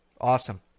Awesome